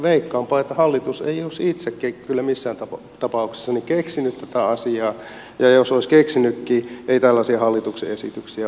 veikkaanpa että hallitus ei olisi itse kyllä missään tapauksessa keksinyt tätä asiaa ja jos olisi keksinytkin ei tällaisia hallituksen esityksiä olisi tullut